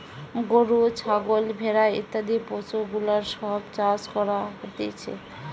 গরু, ছাগল, ভেড়া ইত্যাদি পশুগুলার সব চাষ করা হতিছে